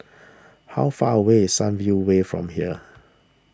how far away is Sunview Way from here